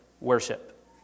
worship